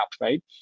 right